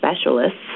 specialists